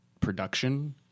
production